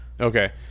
Okay